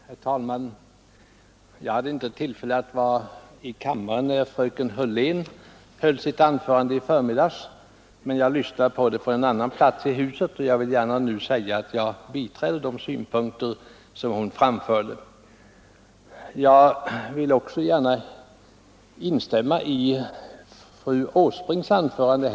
Herr talman! Jag hade inte tillfälle att vara i kammaren när fröken Hörlén höll sitt anförande i förmiddags, men jag lyssnade på det från annan plats i huset, och jag vill gärna säga att jag biträder de synpunkter som hon framförde. Jag vill också gärna instämma i fru Åsbrinks anförande.